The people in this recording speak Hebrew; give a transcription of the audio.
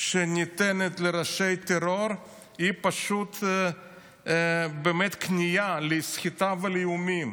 שניתנת לראשי טרור הוא פשוט באמת כניעה לסחיטה ולאיומים.